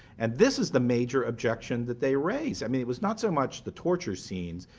and this is the major objection that they raise. i mean it was not so much the torture scenes,